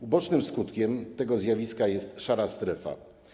Ubocznym skutkiem tego zjawiska jest szara strefa.